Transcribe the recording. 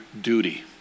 duty